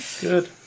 Good